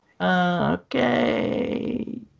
Okay